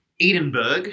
Edinburgh